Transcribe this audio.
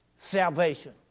salvation